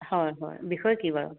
হয় হয় বিষয় কি বাৰু